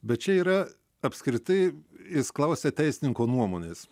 bet čia yra apskritai jis klausia teisininko nuomonės